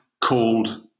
called